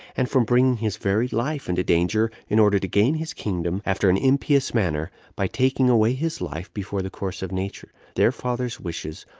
and from bringing his very life into danger, in order to gain his kingdom, after an impious manner, by taking away his life before the course of nature, their father's wishes,